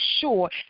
sure